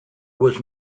was